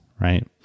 right